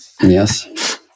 Yes